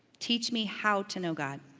teach me how to know god.